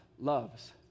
loves